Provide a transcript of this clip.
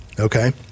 Okay